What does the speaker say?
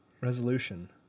resolution